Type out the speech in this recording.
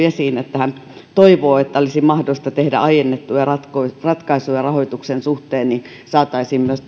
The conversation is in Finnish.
esiin että hän toivoo että olisi mahdollista tehdä aiennettuja ratkaisuja ratkaisuja rahoituksen suhteen saataisiin myös